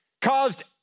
caused